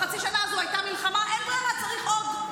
בחצי השנה הזו הייתה מלחמה, אין ברירה, צריך עוד.